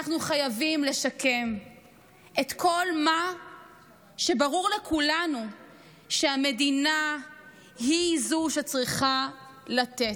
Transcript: אנחנו חייבים לשקם את כל מה שברור לכולנו שהמדינה היא שצריכה לתת.